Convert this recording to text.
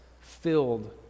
filled